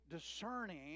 discerning